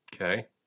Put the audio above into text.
okay